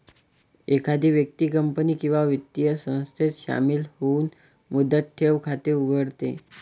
एखादी व्यक्ती कंपनी किंवा वित्तीय संस्थेत शामिल होऊन मुदत ठेव खाते उघडते